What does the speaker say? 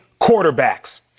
quarterbacks